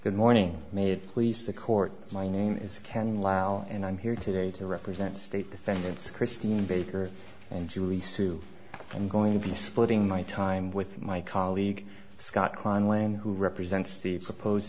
good morning made please the court my name is ken lal and i'm here today to represent state defendants christine baker and julie sue i'm going to be splitting my time with my colleague scott kline laim who represents the supposed